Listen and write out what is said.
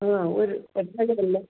ആഹ് ഒരു